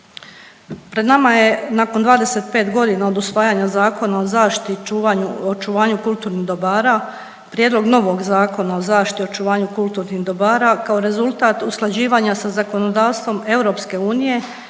Pred nama je nakon 25 godina od usvajanja Zakona o zaštiti i očuvanju kulturnih dobara prijedlog novog Zakona o zaštiti i očuvanju kulturnih dobara kao rezultat usklađivanja sa zakonodavstvom EU i